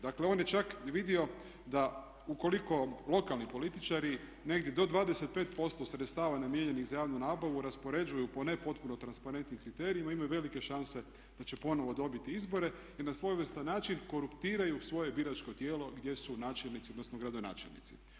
Dakle on je čak vidio da ukoliko lokalni političari negdje do 25% sredstava namijenjenih za javnu nabavu raspoređuju po ne potpuno transparentnim kriterijima imaju velike šanse da će ponovno dobiti izbore jer na svojevrstan način koruptiraju svoje biračko tijelo gdje su načelnici odnosno gradonačelnici.